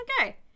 Okay